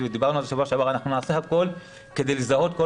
ודיברנו על כך בשבוע שעבר שנעשה הכול כדי לזהות כל